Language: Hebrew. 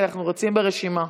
כי אנחנו רצים ברשימה.